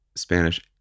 Spanish